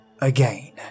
again